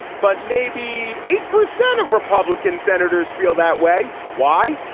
but maybe eight percent of republican senators feel that way. why?